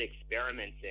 experimenting